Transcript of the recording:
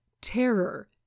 Terror